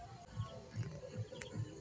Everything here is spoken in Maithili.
यू.पी.आई से यू.पी.आई पैसा ट्रांसफर की सके छी?